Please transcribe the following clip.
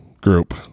group